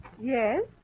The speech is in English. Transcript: Yes